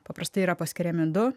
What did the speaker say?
paprastai yra paskiriami du